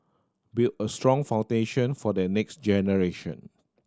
build a strong foundation for the next generation